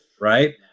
right